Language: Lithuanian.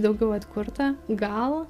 daugiau atkurta gal